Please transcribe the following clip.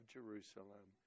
Jerusalem